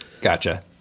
gotcha